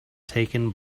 taken